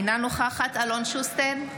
אינה נוכחת אלון שוסטר,